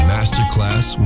Masterclass